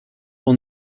will